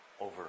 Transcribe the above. over